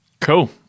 Cool